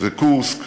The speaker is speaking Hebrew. וקורסק,